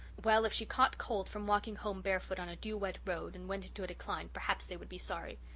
well, if she caught cold from walking home barefoot on a dew-wet road and went into a decline perhaps they would be sorry.